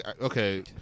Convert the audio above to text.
okay